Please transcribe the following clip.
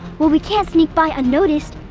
well, we can't sneak by unnoticed.